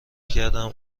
کردم